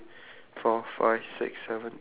so that let's make sure there's twelve first